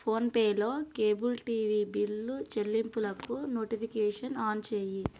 phone పేలో cable TV bill చెల్లింపులకు notification on చెయ్యి